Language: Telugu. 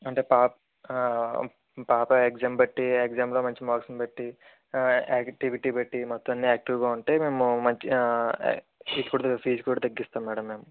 అంటే పా పాప ఎగ్జామ్ బట్టి ఎగ్జామ్ లో మంచి మార్క్స్ ని బట్టి ఆ యాక్టివిటీ బట్టి మొత్తం అన్నీ యాక్టీవ్ గా ఉంటే మేము మంచి సీటు కూడా ఫీజు కూడా తగ్గిస్తాం మేడం మేము